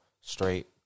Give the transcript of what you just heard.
straight